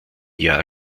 jahr